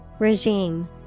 Regime